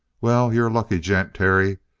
well, you're a lucky gent, terry,